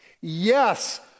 Yes